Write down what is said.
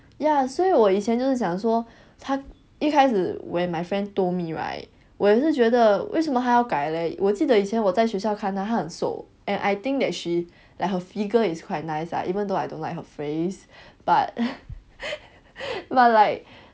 ya 所以我以前就想说他一开始 when my friend told me right 我也是觉得为什么还要改 leh 我记得以前我在学校看到他他很瘦 and I think that she like her figure is quite nice lah even though I don't like her face but but like